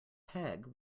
peg